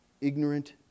ignorant